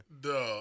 Duh